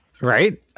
Right